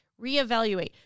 reevaluate